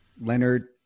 Leonard